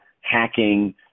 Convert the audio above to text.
hacking